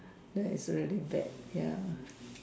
that's really bad ya